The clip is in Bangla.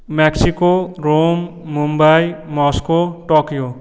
Mexico Rome Mumbai Moscow Tokyo